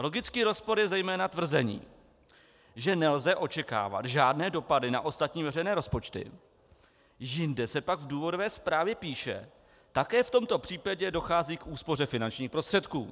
Logický rozpor je zejména tvrzení, že nelze očekávat žádné dopady na ostatní veřejné rozpočty, jinde se pak v důvodové zprávě píše: také v tomto případě dochází k úspoře finančních prostředků.